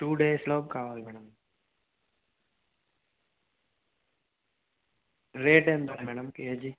two డేస్లో కావాలి madam rate ఎంత మేడం కేజీ